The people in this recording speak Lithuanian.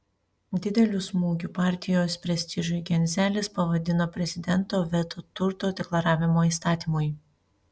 dideliu smūgiu partijos prestižui genzelis pavadino prezidento veto turto deklaravimo įstatymui